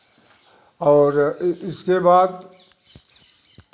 और इसके बाद